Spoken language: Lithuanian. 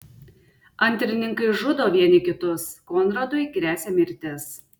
antrininkai žudo vieni kitus konradui gresia mirtis